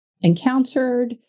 encountered